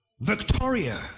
Victoria